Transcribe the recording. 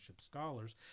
scholars